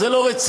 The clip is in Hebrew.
זה לא רציני,